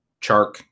Chark